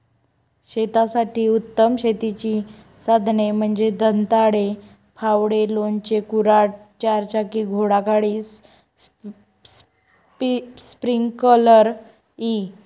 शेतासाठी उत्तम शेतीची साधने म्हणजे दंताळे, फावडे, लोणचे, कुऱ्हाड, चारचाकी घोडागाडी, स्प्रिंकलर इ